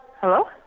Hello